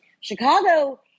Chicago